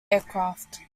aircraft